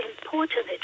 important